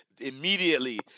immediately